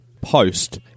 post